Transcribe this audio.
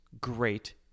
great